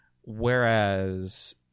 Whereas